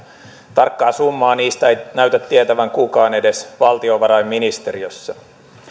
tarkkaa summaa niistä ei näytä tietävän kukaan edes valtiovarainministeriössä